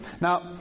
Now